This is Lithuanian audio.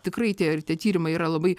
tikrai tie tie tyrimai yra labai